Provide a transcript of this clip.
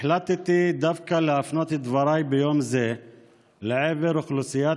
החלטתי דווקא להפנות את דבריי ביום זה לעבר אוכלוסיית